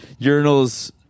urinals